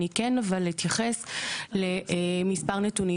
אני כן אבל אתייחס למספר נתונים,